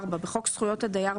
תיקון חוק 53.בחוק המתווכים במקרקעין,